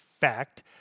fact